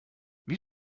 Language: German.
wie